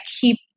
keep